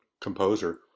composer